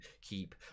keep